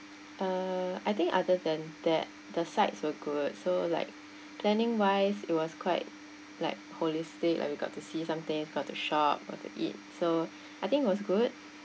uh I think other than that the sights were good so like planning wise it was quite like holistic like we got to see something got to shop got to eat so I think it was good